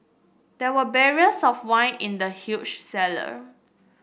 there were barrels of wine in the huge cellar